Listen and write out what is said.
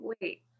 wait